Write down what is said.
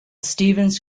stephens